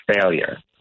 failure